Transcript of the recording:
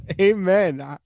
amen